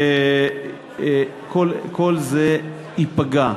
כל זה ייפגע.